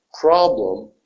problem